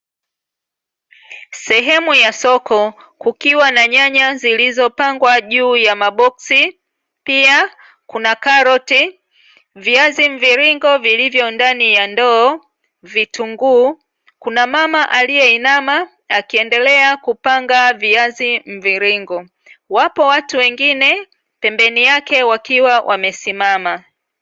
Sehemu ya soko kukiwa na nyanya Ilizopangwa juu ya maboksi pia kuna karoti, viazi mviringo vilivyo ndani ya ndoo, vitunguu kuna mama aliyeinamaa akiendelea kupanga viazi mviringo, wapo watu wengine pembeni yake wakiwa wamesimama.